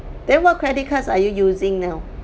then what credit cards are you using now